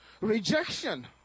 rejection